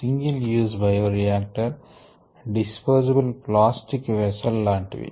single use bioreactor disposable plastic vessel లాంటివి